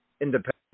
independent